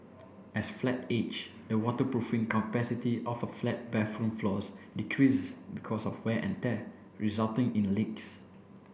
as flat age the waterproofing capacity of a flat bathroom floors decreases because of wear and tear resulting in leaks